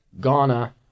Ghana